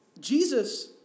Jesus